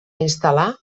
instal·lar